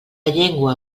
llengua